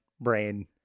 brain